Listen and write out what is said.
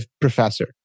professor